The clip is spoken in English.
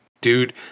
dude